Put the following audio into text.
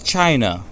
China